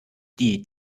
die